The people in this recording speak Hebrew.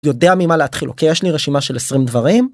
יודע ממה להתחיל אוקיי יש לי רשימה של 20 דברים.